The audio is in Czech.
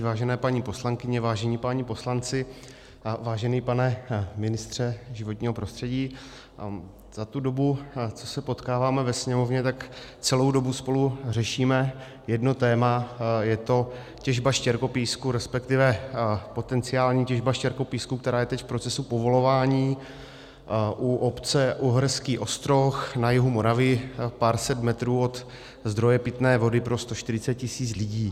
Vážené paní poslankyně, vážení páni poslanci a vážený pane ministře životního prostředí, za tu dobu, co se potkáváme ve Sněmovně, tak celou dobu spolu řešíme jedno téma a je to těžba štěrkopísku, resp. potenciální těžba štěrkopísku, která je teď v procesu povolování u obce Uherský Ostroh na jihu Moravy, pár set metrů od zdroje pitné vody pro 140 tisíc lidí.